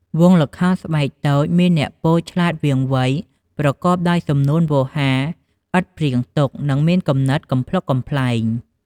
វង់ល្ខោនស្បែកតូចមានអ្នកពោលឆ្លាតវាងវៃ ប្រកបដោយសំនួនវោហារឥតព្រាងទុក និងមានគំនិតកំប្លុកកំប្លែង។